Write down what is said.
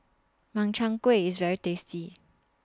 Makchang Gui IS very tasty